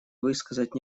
высказать